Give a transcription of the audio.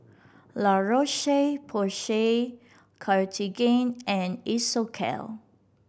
La Roche Porsay Cartigain and Isocal